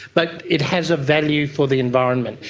but it has a value for the environment.